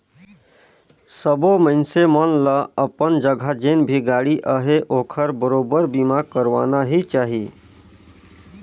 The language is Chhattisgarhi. सबो मइनसे मन ल अपन जघा जेन भी गाड़ी अहे ओखर बरोबर बीमा करवाना ही चाही